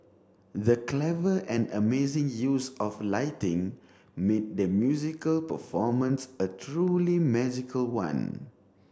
the clever and amazing use of lighting made the musical performance a truly magical one